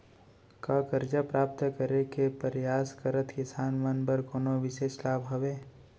का करजा प्राप्त करे के परयास करत किसान मन बर कोनो बिशेष लाभ हवे?